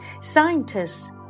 scientists